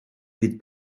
fydd